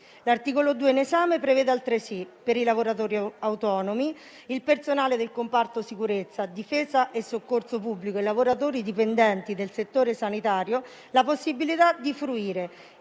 L'articolo 2 in esame prevede altresì, per i lavoratori autonomi, il personale del comparto sicurezza, difesa e soccorso pubblico e i lavoratori dipendenti del settore sanitario, la possibilità di fruire,